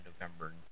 November